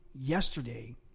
yesterday